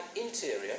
interior